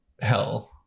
hell